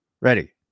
Ready